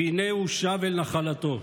והנה הוא שב אל נחלתו".